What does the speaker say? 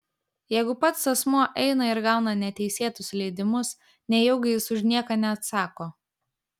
jeigu pats asmuo eina ir gauna neteisėtus leidimus nejaugi jis už nieką neatsako